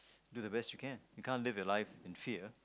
do the best you can you can't live a life in fear